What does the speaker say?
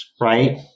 right